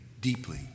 deeply